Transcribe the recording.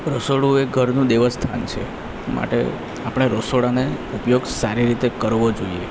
રસોડું એ ઘરનું દેવસ્થાન છે માટે આપણે રસોડાને ઉપયોગ સારી રીતે કરવો જોઈએ